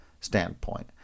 standpoint